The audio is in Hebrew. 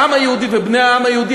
העם היהודי ובני העם היהודי,